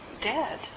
dead